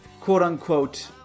quote-unquote